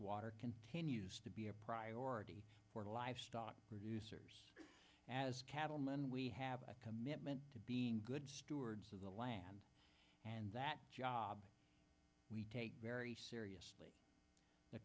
water continues to be a priority for the livestock producers as cattlemen we have a commitment to being good stewards of the land and that job we take very seriously the